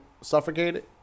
suffocated